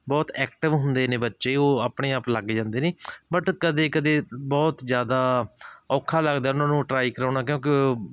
ਬਹੁਤ ਐਕਟਿਵ ਹੁੰਦੇ ਨੇ ਬੱਚੇ ਉਹ ਆਪਣੇ ਆਪ ਲੱਗ ਜਾਂਦੇ ਨੇ ਬਟ ਕਦੇ ਕਦੇ ਬਹੁਤ ਜ਼ਿਆਦਾ ਔਖਾ ਲੱਗਦਾ ਉਹਨਾਂ ਨੂੰ ਟਰਾਈ ਕਰਵਾਉਣਾ ਕਿਉਂਕਿ